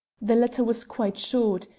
the letter was quite short.